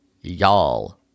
Y'all